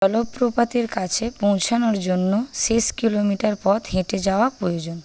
জলপ্রপাতের কাছে পৌঁছনোর জন্য শেষ কিলোমিটার পথ হেঁটে যাওয়া প্রয়োজন